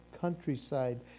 countryside